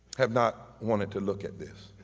have not wanted to look at this,